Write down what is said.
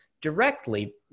directly